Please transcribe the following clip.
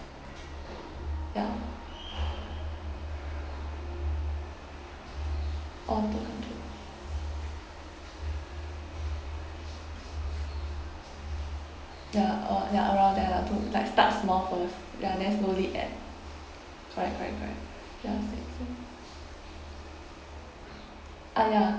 ya orh two hundred ya uh around there lah to like start small first ya then slowly add correct correct correct ya same same ah ya